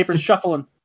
shuffling